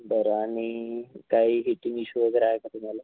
बरं आणि काही हिटिंग इशू वगैरे आहे का तुम्हाला